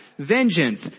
Vengeance